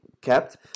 kept